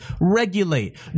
regulate